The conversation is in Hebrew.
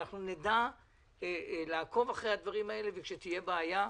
אנחנו נדע לעקוב אחרי הדברים האלה וכשתהיה בעיה,